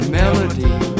melody